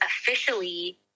officially